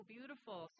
beautiful